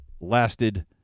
Lasted